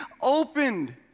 opened